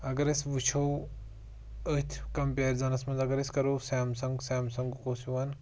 اگر أسۍ وٕچھو أتھۍ کَمپیرزَنَس منٛز اگر أسۍ کَرو سیمسَنٛگ سیمسنٛگُک اوس یِوان